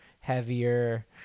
heavier